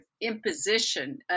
imposition